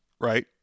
right